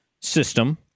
system